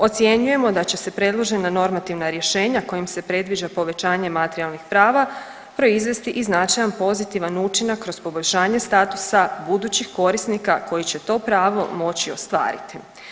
Ocjenjujemo da će se predložena normativna rješenja kojim se predviđa povećanje materijalnih prava proizvesti i značajan pozitivan učinak kroz poboljšanje statusa budućih korisnika koji će to pravo moći ostvariti.